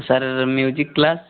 sir music class